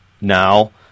now